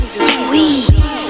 sweet